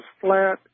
flat